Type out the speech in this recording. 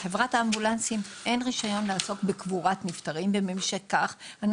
לחברת האמבולנסים אין רישיון לעסוק בקבורת נפטרים ומשכך אנחנו